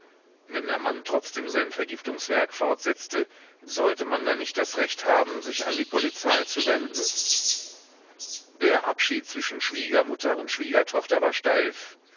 wenn der mann trotzdem sein vergiftungswerk fortsetzte sollte man da nicht das recht haben sich an die polizei zu wenden der abschied zwischen schwiegermutter und schwiegertochter war steif